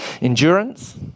endurance